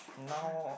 now